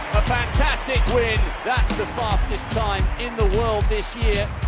fantastic win. that's the fastest time in the world this year.